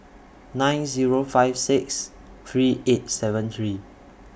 nine Zero five six three eight seven three